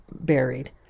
buried